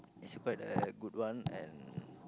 it's quite a good one and